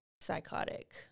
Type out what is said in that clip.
Psychotic